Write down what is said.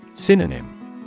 Synonym